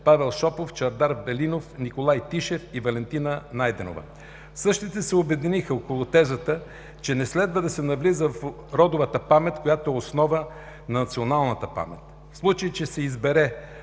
Павел Шопов, Чавдар Велинов, Николай Тишев и Валентина Найденова. Същите се обединиха около тезата, че не следва да се навлиза в родовата памет, която е основа на националната памет. В случай че се избере